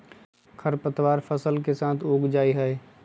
खर पतवार फसल के साथ उग जा हई